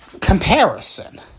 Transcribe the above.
comparison